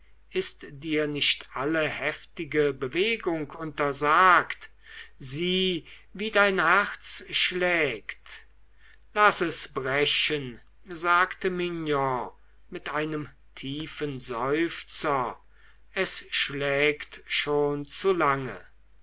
ist dir nicht alle heftige bewegung untersagt sieh wie dein herz schlägt laß es brechen sagte mignon mit einem tiefen seufzer es schlägt schon zu lange